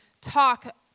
talk